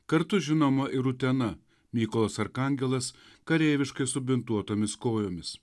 kartu žinoma ir utena mykolas arkangelas kareiviškai subintuotomis kojomis